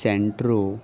Santro